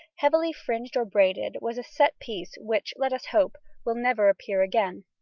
heavily fringed or braided, was a set piece which, let us hope, will never appear again.